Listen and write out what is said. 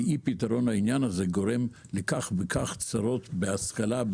אי פתרון העניין הזה גורם לצרות בהשכלה,